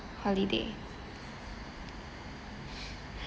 holiday